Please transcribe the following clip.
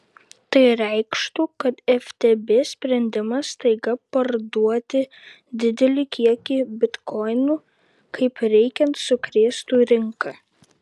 tai reikštų kad ftb sprendimas staiga parduoti didelį kiekį bitkoinų kaip reikiant sukrėstų rinką